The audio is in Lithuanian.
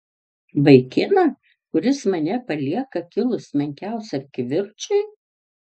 vaikiną kuris mane palieka kilus menkiausiam kivirčui